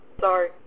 Sorry